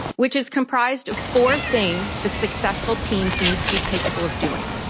which is comprised of four things that successful teams need to be capable of doing.